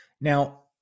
Now